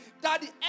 Daddy